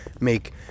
make